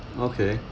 okay